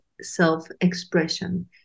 self-expression